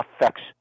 affects